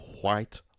white